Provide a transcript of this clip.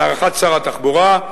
להערכת שר התחבורה,